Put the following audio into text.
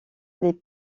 les